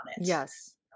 Yes